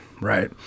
right